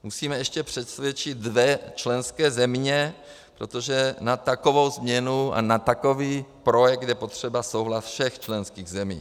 Musíme ještě přesvědčit dvě členské země, protože na takovou změnu, na takový projekt je potřeba souhlas všech členských zemí.